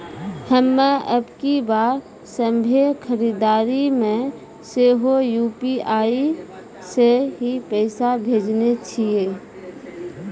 हम्मे अबकी बार सभ्भे खरीदारी मे सेहो यू.पी.आई से ही पैसा भेजने छियै